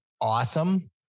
awesome